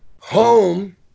Home